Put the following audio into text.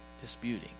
disputing